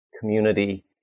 community